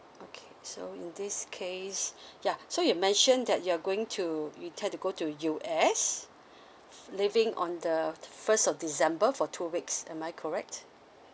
okay so in this case ya so you mention that you're going to you tend to go to U_S leaving on the first of december for two weeks am I correct